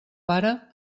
pare